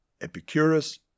Epicurus